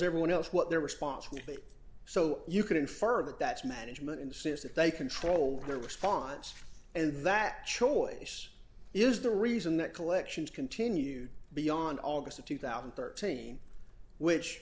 everyone else what their response will be so you can infer that that's management in the sense that they control their response and that choice is the reason that collections continued beyond august of two thousand and thirteen which